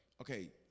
okay